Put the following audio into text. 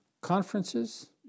conferences